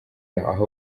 aho